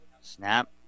Snap